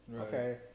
okay